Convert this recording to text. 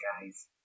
guys